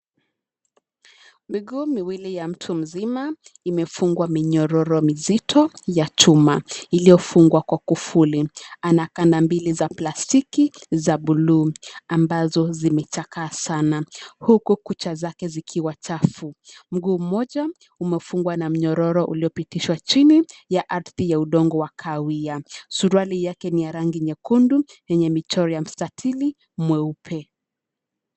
Miguu miwili ya mtu mzima imefungwa minyororo mizito ya chuma iliyofungwa kwa kufuli. Ana kanda mbili za plastiki za buluu ambazo zimechakaa sana. Huku kucha zake zikiwa chafu. Mguu mmoja umefungwa na mnyororo uliopitishwa chini ya ardhi ya udongo wa kahawia. Suruali yake ni ya rangi nyekundu yenye michoro ya mstatiri mweupe.